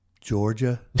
Georgia